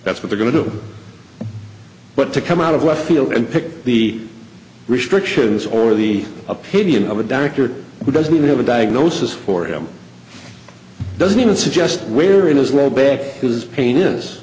that's what we're going to do but to come out of left field and pick the restrictions or the opinion of a doctor who doesn't have a diagnosis for him doesn't even suggest where in his little bag he was pain is